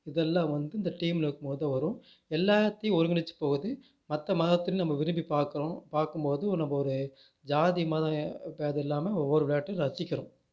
இதெல்லாம் வந்து இந்த டீமில் இருக்கும் போதுதா வரும் எல்லாத்தையும் ஒருங்கிணைத்து போது மற்ற மதத்தையும் நம்ம விரும்பி பார்க்குறோம் பார்க்கும் போது நம்ம ஒரு ஜாதி மதம் பேதம் இல்லாமல் ஒவ்வொரு விளையாட்டையும் ரசிக்கிறோம்